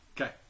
Okay